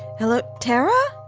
hello, tarra?